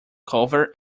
cover